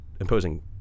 imposing